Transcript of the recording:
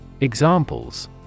Examples